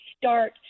start